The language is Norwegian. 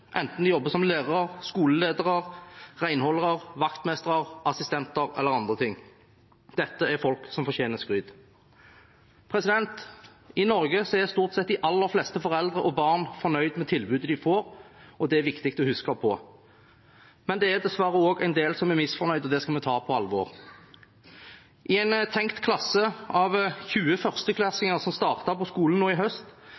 enten de jobber som lærere, skoleledere, renholdere, vaktmestere, assistenter eller annet. Dette er folk som fortjener skryt. I Norge er stort sett de aller fleste foreldre og barn fornøyd med tilbudet de får, og det er det viktig å huske på. Men det er dessverre også en del som er misfornøyd, og det skal vi ta på alvor. I en tenkt klasse med 20